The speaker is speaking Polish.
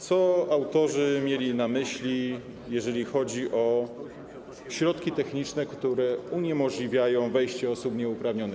Co autorzy mieli na myśli, jeżeli chodzi o środki techniczne, które uniemożliwiają wejście osób nieuprawnionych?